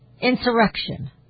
Insurrection